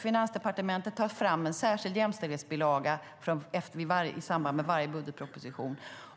Finansdepartementet tar fram en särskild jämställdhetsbilaga i samband med varje budgetproposition.